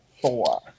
four